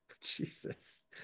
Jesus